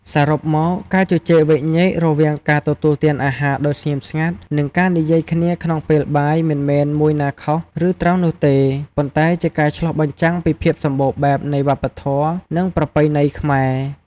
សរុបមក ការជជែកវែកញែករវាងការទទួលទានអាហារដោយស្ងៀមស្ងាត់ និងការនិយាយគ្នាក្នុងពេលបាយ មិនមែនមួយណាខុស ឬត្រូវនោះទេ ប៉ុន្តែជាការឆ្លុះបញ្ចាំងពីភាពសម្បូរបែបនៃវប្បធម៌ និងប្រពៃណីខ្មែរ។